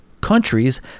countries